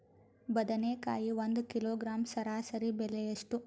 ಬದನೆಕಾಯಿ ಒಂದು ಕಿಲೋಗ್ರಾಂ ಸರಾಸರಿ ಬೆಲೆ ಎಷ್ಟು?